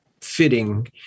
fitting